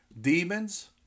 demons